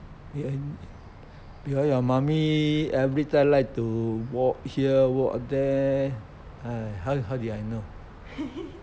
and you your mummy every time like to walk here walk there !hais! how how do I know